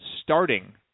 starting